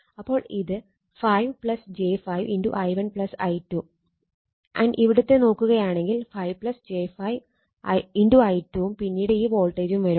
അപ്പോൾ ഇത് 5 j 5 i1 i2 ഉം ഇവിടത്തേത് നോക്കുകയാണെങ്കിൽ 5 j 5 i2 വും പിന്നീട് ഈ വോൾട്ടേജും വരും